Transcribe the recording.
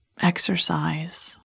exercise